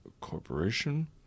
corporation